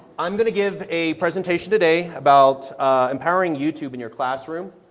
i am going to give a presentation today about empowering youtube in your classroom.